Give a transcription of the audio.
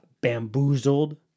Bamboozled